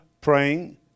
praying